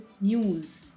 news